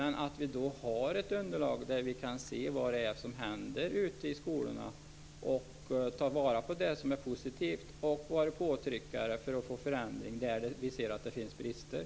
Men då behöver vi ha ett underlag där vi kan se vad som händer i skolorna så att vi kan ta vara på det som är positivt och vara påtryckare för att få förändring där vi ser att det finns brister.